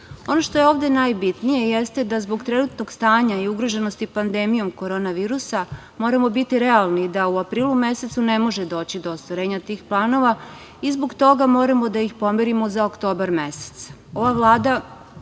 što je ovde najbitnije jeste da zbog trenutnog stanja i ugroženosti pandemijom koronavirusa, moramo biti realni da u aprilu mesecu ne može doći do ostvarenja tih planova i zbog toga moramo da ih pomerimo za oktobar mesec. Ova